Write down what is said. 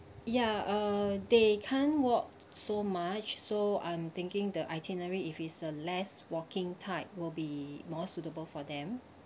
ya uh they can't walk so much so I'm thinking the itinerary if it's a less walking type will be more suitable for them